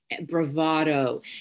bravado